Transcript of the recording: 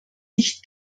nicht